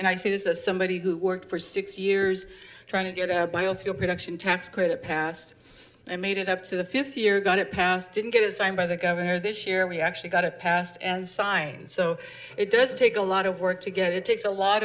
and i see this as somebody who worked for six years trying to get biofuel production tax credit passed i made it up to the fifth year got it passed didn't get it signed by the governor this year we actually got it passed and signed so it does take a lot of work to get it takes a lot